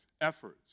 efforts